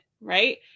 Right